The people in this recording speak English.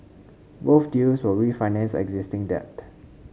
both deals will refinance existing debt